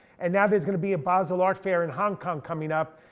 and now there's gonna be a basel art fair in hong kong coming up,